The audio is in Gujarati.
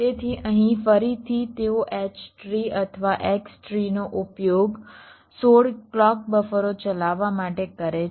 તેથી અહીં ફરીથી તેઓ H ટ્રી અથવા X ટ્રી નો ઉપયોગ 16 ક્લૉક બફરો ચલાવવા માટે કરે છે